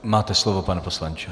Máte slovo, pane poslanče.